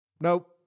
Nope